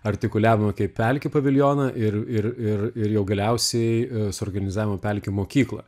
artikuliavome kaip pelkių paviljoną ir ir ir ir jau galiausiai suorganizavome pelkių mokyklą